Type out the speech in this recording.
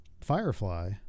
Firefly